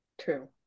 true